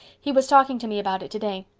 he was talking to me about it today.